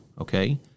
Okay